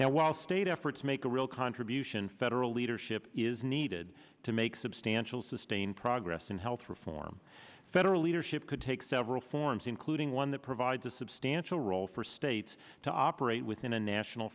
now while state efforts make a real contribution federal leadership is needed to make substantial sustained progress in health reform federal leadership could take several forms including one that provides a substantial role for states to operate within a national